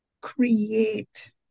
create